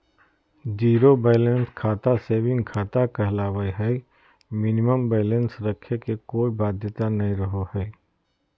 zero balance खाता saving खाता कहलावय हय मिनिमम बैलेंस रखे के कोय बाध्यता नय रहो हय